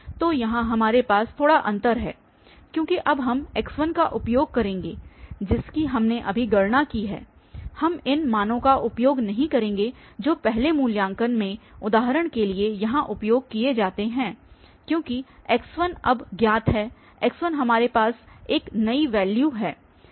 तो यहां हमारे पास थोड़ा अंतर है क्योंकि अब हम x1 का उपयोग करेंगे जिसकी हमने अभी गणना की है हम इन मानों का उपयोग नहीं करेंगे जो पहले मूल्यांकन में उदाहरणों के लिए यहां उपयोग किए जाते हैं क्योंकि x1 अब ज्ञात है x1हमारे पास एक नयी वैल्य है